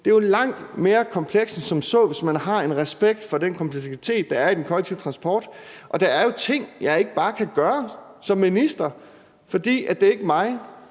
Det er jo langt mere komplekst end som så, hvis man har en respekt for den kompleksitet, der er i den kollektive transport. Og der er jo ting, jeg ikke bare kan gøre som minister, for det er ikke mig,